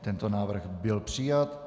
Tento návrh byl přijat.